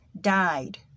died